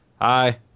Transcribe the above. Hi